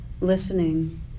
listening